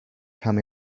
come